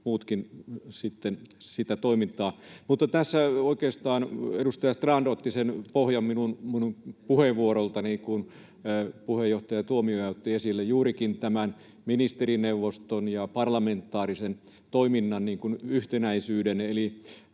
muutkin seuraamassa meidän toimintaamme. Tässä oikeastaan edustaja Strand otti pohjan minun puheenvuoroltani. Puheenjohtaja Tuomioja otti esille juurikin tämän ministerineuvoston ja parlamentaarisen toiminnan yhtenäisyyden.